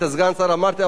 את סגן השר אמרתי,